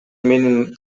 менин